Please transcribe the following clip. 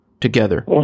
together